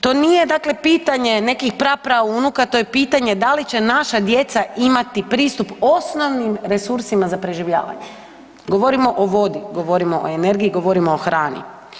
To nije dakle pitanje nekih pra, praunuka to je pitanje da li će naša djeca imati pristup osnovnim resursima za preživljavanje, govorimo o vodi, govorimo o energiji, govorimo o hrani.